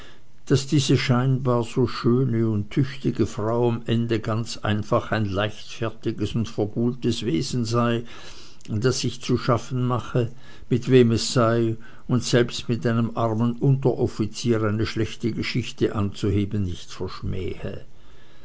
daß diese scheinbar so schöne und tüchtige frau am ende ganz einfach ein leichtfertiges und verbuhltes wesen sei das sich zu schaffen mache mit wem es sei und selbst mit einem armen unteroffizier eine schlechte geschichte anzuheben nicht verschmähe